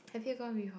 have you gone before